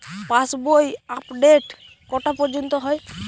পাশ বই আপডেট কটা পর্যন্ত হয়?